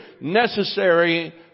necessary